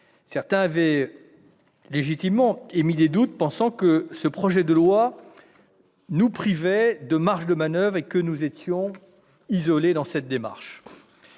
Certains avaient légitimement émis des doutes, pensant que ce projet de loi nous privait de marges de manoeuvre et que nous étions isolés dans notre démarche.